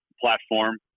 platform